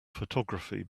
photography